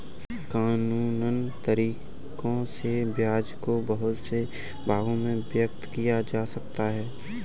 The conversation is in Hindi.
कानूनन तरीकों से ब्याज को बहुत से भागों में विभक्त किया जा सकता है